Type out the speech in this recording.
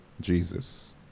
Jesus